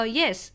yes